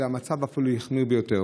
אלא המצב אפילו החמיר ביותר.